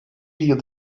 yıl